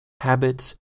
habits